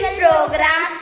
program